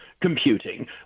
computing